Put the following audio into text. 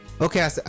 okay